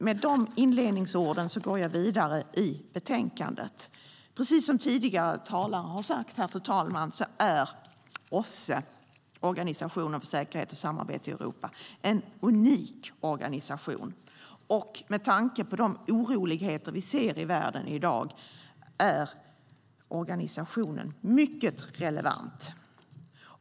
Med de inledningsorden går jag vidare till det som behandlas i betänkandet. Precis som tidigare talare har sagt är OSSE, Organisationen för säkerhet och samarbete i Europa, en unik organisation. Med tanke på de oroligheter vi ser i världen i dag är organisationen mycket relevant.